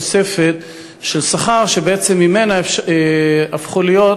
תוספת של שכר שבעצם ממנה הפכו להיות